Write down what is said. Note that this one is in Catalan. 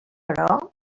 però